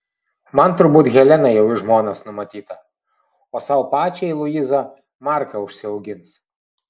man turbūt helena jau į žmonas numatyta o sau pačiai luiza marką užsiaugins